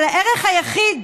אבל הערך היחיד